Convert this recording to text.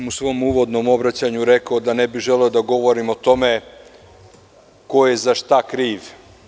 U svom uvodnom obraćanju rekao sam da ne bi želeo da govorim o tome ko je za šta kriv.